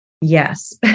Yes